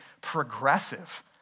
progressive